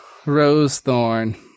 Rosethorn